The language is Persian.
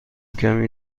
کمی